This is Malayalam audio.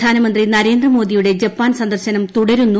പ്രധാനമന്ത്രി നരേന്ദ്രമോദ്ധീയുടെ ജപ്പാൻ സന്ദർശനം തുടരുന്നു